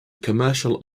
commercial